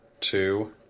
two